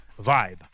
vibe